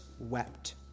Wept